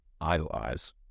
idolize